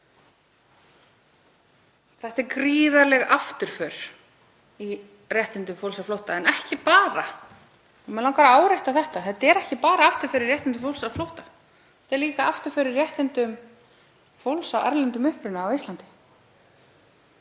Þetta er gríðarleg afturför í réttindum fólks á flótta. En mig langar að árétta að þetta er ekki bara afturför í réttindum fólks á flótta heldur líka afturför í réttindum fólks af erlendum uppruna á Íslandi.